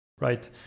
Right